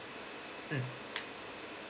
mm